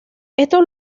estos